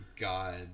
God